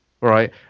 right